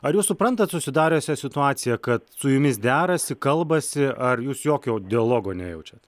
ar jūs suprantat susidariusią situaciją kad su jumis derasi kalbasi ar jūs jokio dialogo nejaučiate